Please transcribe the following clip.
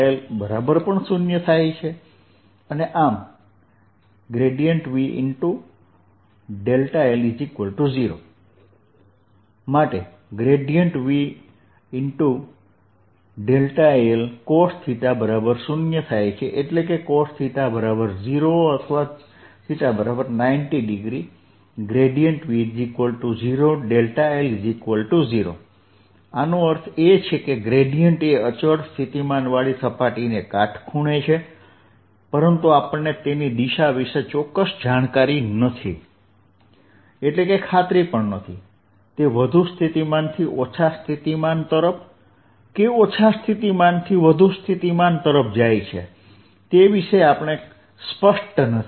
l0 ∴Vlcosθ0 એટલે કે cosθ0 અથવા θ90o V0 l0 એનો અર્થ એ કે ગ્રેડીયેંટ એ અચળ સ્થિતિમાનવાળી સપાટીને કાટખૂણે છે પરંતુ આપણને તેની દિશા વિશે ચોક્કસ જાણકારી નથી એટલે કે ખાત્રી નથી તે વધુ સ્થિતિમાનથી ઓછા સ્થિતિમાન તરફ કે ઓછા સ્થિતિમાનથી વધુ સ્થિતિમાન તરફ જાય છે તે વિશે આપણે સ્પષ્ટ નથી